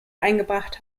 eingebracht